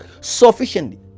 sufficiently